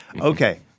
Okay